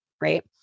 right